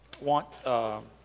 want